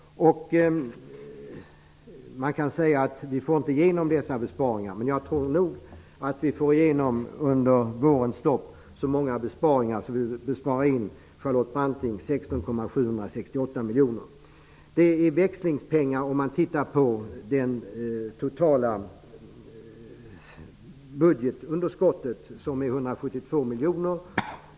Vi får inte igenom våra förslag beträffande dessa besparingar. Men jag tror att vi under våren får igenom så många besparingsförslg att vi sparar de 16,768 miljonerna, Charlotte Branting! Det är växlingspengar sett till det totala budgetunderskottet på 172 miljarder.